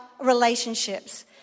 relationships